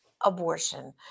abortion